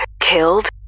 killed